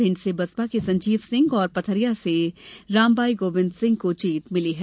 भिंड से बसपा के संजीव सिंह और पथरिया से रामबाई गोविंद सिंह को जीत मिली है